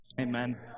Amen